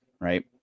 Right